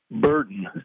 burden